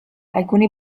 alcuni